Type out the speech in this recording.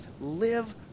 live